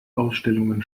ausstellungen